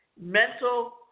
mental